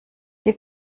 ihr